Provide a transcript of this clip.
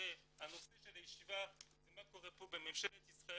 הרי הנושא של הישיבה זה מה קורה פה בממשלת ישראל